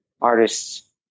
artists